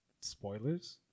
spoilers